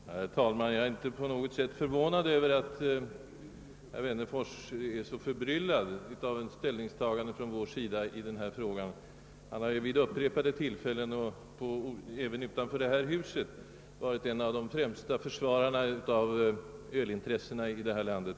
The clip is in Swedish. Herr talman! Jag är inte på något sätt förvånad över att herr Wennerfors är så förbryllad av vårt ställningstagande i denna fråga. Han har nämligen vid upprepade tillfällen här och även utanför detta hus framträtt som en av de främsta försvararna av Ölintressena i detta land.